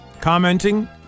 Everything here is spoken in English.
commenting